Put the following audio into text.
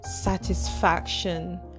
satisfaction